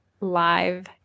live